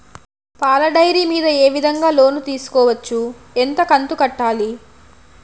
పాల డైరీ మీద ఏ విధంగా లోను తీసుకోవచ్చు? ఎంత కంతు కట్టాలి?